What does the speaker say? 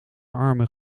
armen